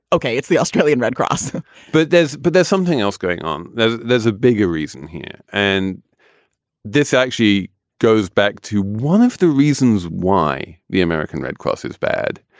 ok. it's the australian red cross but there's but there's something else going on. there's there's a bigger reason here. and this actually goes back to one of the reasons why the american red cross is bad.